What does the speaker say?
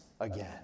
again